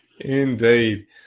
Indeed